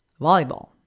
volleyball